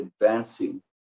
advancing